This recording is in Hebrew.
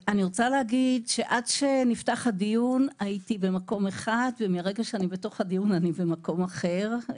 עד שנפתח הדיון הייתי במקום אחד ומרגע שהתחיל הדיון אני במקום אחר.